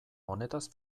honetaz